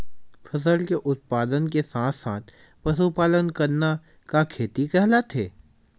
फसल के उत्पादन के साथ साथ पशुपालन करना का खेती कहलाथे?